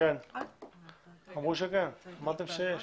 אמרתם שיש.